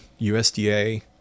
USDA